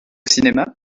cinéma